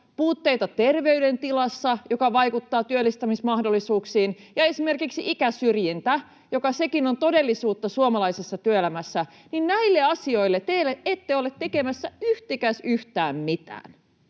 puutteita terveydentilassa, jotka vaikuttavat työllistymismahdollisuuksiin, ja esimerkiksi ikäsyrjintä, joka sekin on todellisuutta suomalaisessa työelämässä, niin näille asioille te ette ole tekemässä yhtikäs mitään